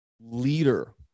leader